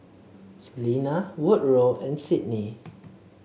Selena Woodroe and Sydnee